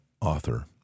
author